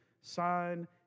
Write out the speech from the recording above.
sign